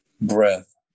breath